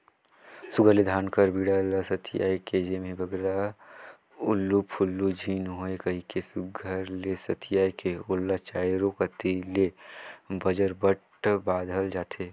सुग्घर ले धान कर बीड़ा ल सथियाए के जेम्हे बगरा उलु फुलु झिन होए कहिके सुघर ले सथियाए के ओला चाएरो कती ले बजरबट बाधल जाथे